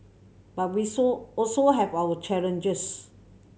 but we so also have our challenges